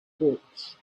books